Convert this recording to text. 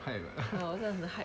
hide